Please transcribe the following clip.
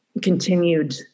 continued